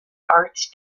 arts